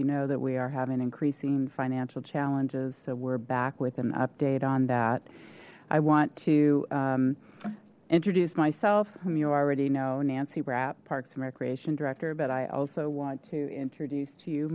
you know that we are having increasing financial challenges so we're back with an update on that i want to introduce myself whom you already know nancy rapp parks and recreation director but i also want to introduce